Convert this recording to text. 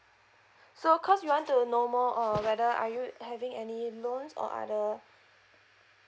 so cause you want to know more uh whether are you having any loans or other